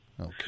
Okay